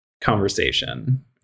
conversation